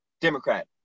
Democrat